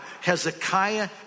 Hezekiah